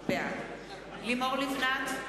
בעד לימור לבנת,